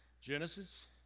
Genesis